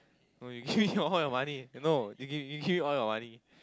no you give your money no you give me give me all your money